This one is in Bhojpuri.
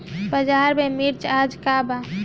बाजार में मिर्च आज का बा?